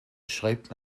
schreibt